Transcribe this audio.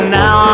now